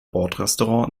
bordrestaurant